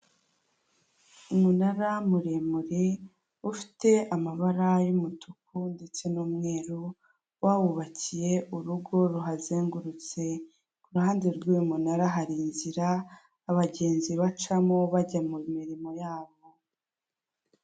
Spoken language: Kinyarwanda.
Umunara muremure ufite amabara y'umutuku ndetse n'umweru, bawubakiye urugo ruhazengurutse. Ku ruhande rw'uyu munara hari inzira, abagenzi bacamo bajya mu mirimo yabo.